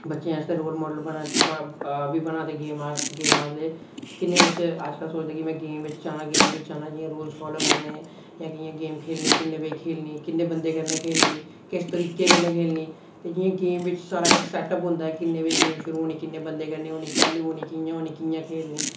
बच्चें आस्तै role model बना दे ते गेम आहले कि किन्ने बच्चे अजकल सोचदे कि में गेम बिच आना ते गेम बिच आना ते रूलस फालो करने कि'यां कि'यां गेम खेलनी किन्ने बजे खेलनी किन्ने बंदे कन्नै खेलनी किस तरिके कन्नै खेलनी ते कि'यां गेम बिच सारा इक सेटअप होंदा ऐ किन्ने बजे गेम शुरु होनी किन्ने बंदे कन्नै होंनी कैह्ली होनी कि'यां होनी कि'यां खेलनी